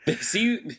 See